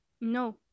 no